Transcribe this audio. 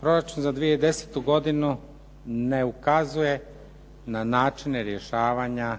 Proračun za 2010. godinu ne ukazuje na načine rješavanja